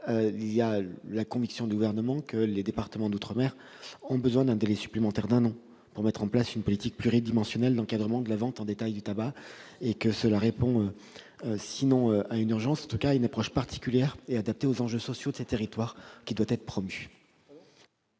!-, le Gouvernement est convaincu que les départements d'outre-mer ont besoin d'un délai supplémentaire d'un an pour mettre en place une politique pluridimensionnelle en matière d'encadrement de la vente en détail du tabac. Ce report répond sinon à une urgence, en tout cas à une approche particulière et adaptée aux enjeux sociaux de ces territoires, qui doivent être promus.